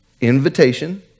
invitation